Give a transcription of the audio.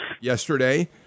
yesterday